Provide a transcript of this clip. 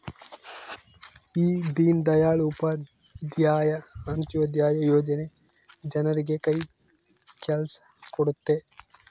ಈ ದೀನ್ ದಯಾಳ್ ಉಪಾಧ್ಯಾಯ ಅಂತ್ಯೋದಯ ಯೋಜನೆ ಜನರಿಗೆ ಕೈ ಕೆಲ್ಸ ಕೊಡುತ್ತೆ